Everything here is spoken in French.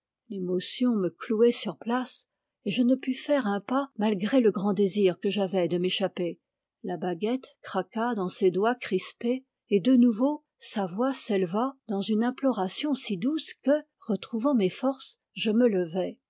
l'émotion me clouait sur place et je ne pus faire un pas malgré le grand désir que j'avais de m'é chapper la baguette craqua dans ses doigts crispés et de nouveau sa voix s'éleva dans une imploration si douce que retrouvant mes forces je me levai